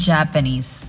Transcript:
Japanese